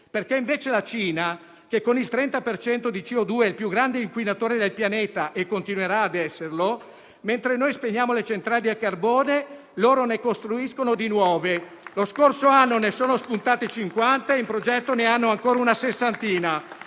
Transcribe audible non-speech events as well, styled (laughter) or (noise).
Al contrario la Cina, che con il 30 per cento di CO2 è il più grande inquinatore del pianeta e continuerà ad esserlo, mentre noi spegniamo le centrali a carbone, ne costruisce di nuove. (applause) Lo scorso anno ne sono spuntate cinquanta e in progetto ne hanno ancora una sessantina.